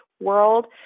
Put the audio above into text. world